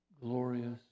glorious